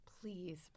Please